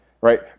right